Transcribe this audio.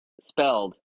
spelled